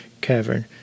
cavern